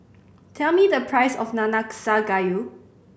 tell me the price of Nanakusa Gayu